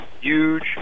huge